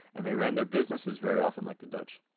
and they ran their businesses very often like the dutch.